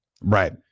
Right